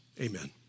amen